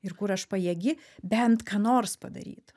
ir kur aš pajėgi bent ką nors padaryt